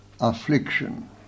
affliction